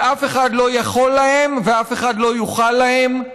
ואף אחד לא יכול להם ואף אחד לא יוכל להם,